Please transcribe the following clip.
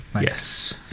Yes